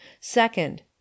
Second